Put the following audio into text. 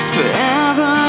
Forever